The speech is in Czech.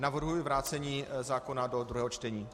Navrhuji vrácení zákona do druhého čtení.